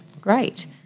Great